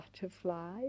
butterfly